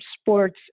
sports